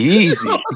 easy